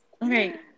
Right